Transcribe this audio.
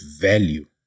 value